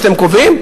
מה שאתם קובעים,